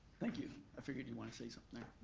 thank you, i figured you'd want to say something